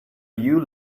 you